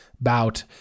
bout